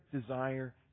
desire